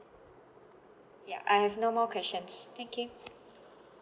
yeah I have no more questions thank you